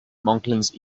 monklands